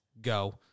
go